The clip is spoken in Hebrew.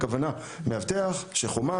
הכוונה היא למאבטח שחומש,